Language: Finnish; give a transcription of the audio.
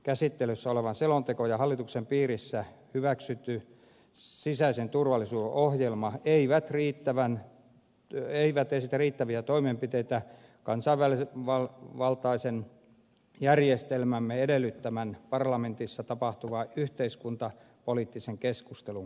käsittelyssä oleva selonteko ja hallituksen piirissä hyväksytty sisäisen turvallisuuden ohjelma eivät esitä riittäviä toimenpiteitä kansanvaltaisen järjestelmämme edellyttämän parlamentissa tapahtuvan yhteiskuntapoliittisen keskustelun kannalta